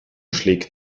schlägt